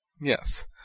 Yes